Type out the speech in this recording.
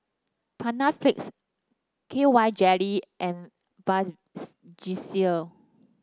Panaflex KY Jelly and Vasgisil